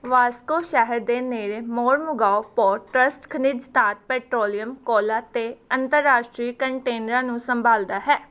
ਵਾਸਕੋ ਸ਼ਹਿਰ ਦੇ ਨੇੜੇ ਮੋਰਮੁਗਾਓ ਪੋਰਟ ਟਰੱਸਟ ਖਣਿਜ ਧਾਤ ਪੈਟਰੋਲੀਅਮ ਕੋਲਾ ਅਤੇ ਅੰਤਰਰਾਸ਼ਟਰੀ ਕੰਟੇਨਰਾਂ ਨੂੰ ਸੰਭਾਲਦਾ ਹੈ